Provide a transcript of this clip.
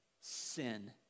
sin